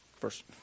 First